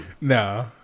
No